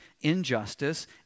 injustice